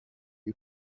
you